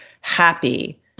happy